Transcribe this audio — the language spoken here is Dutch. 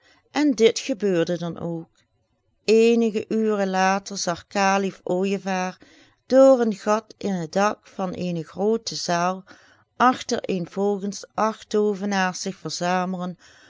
en dit gebeurde dan ook eenige uren later zag kalif ooijevaar door een gat in het dak van eene groote zaal achtereenvolgens acht toovenaars zich verzamelen